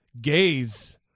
gays